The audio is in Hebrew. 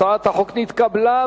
הצעת החוק נתקבלה,